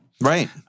Right